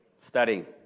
studying